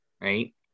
right